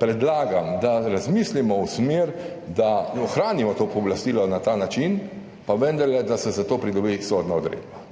predlagam, da razmislimo v smeri, da ohranimo to pooblastilo na ta način, pa vendarle, da se za to pridobi sodna odredba.